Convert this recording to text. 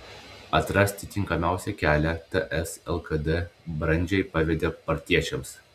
atrasti tinkamiausią kelią ts lkd brandžiai pavedė partiečiams